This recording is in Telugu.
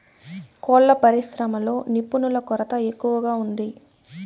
కోళ్ళ పరిశ్రమలో నిపుణుల కొరత ఎక్కువగా ఉంది